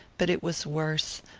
but it was worse,